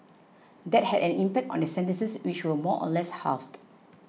that had an impact on their sentences which were more or less halved